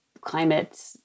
climate